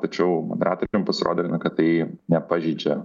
tačiau moderatoriam pasirodė kad tai nepažeidžia